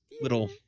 little